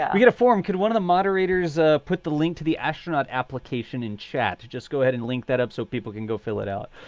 yeah we got a forum. could one of the moderators ah put the link to the astronaut application in chat? just go ahead and link that up so people can go fill it out.